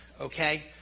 okay